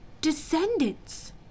descendants